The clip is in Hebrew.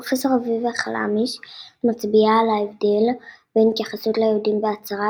פרופ' אביבה חלמיש מצביעה על ההבדל בין ההתייחסות ליהודים בהצהרה,